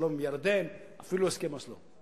שלום עם ירדן, אפילו הסכם אוסלו.